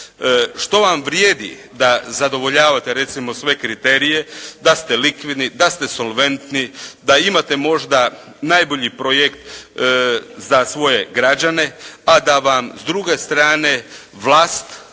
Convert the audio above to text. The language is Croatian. Što vam vrijedi da zadovoljavate, recimo sve kriterije, da ste likvidni, da ste solventni, da imate možda najbolji projekt za svoje građane, a da vam s druge strane vlast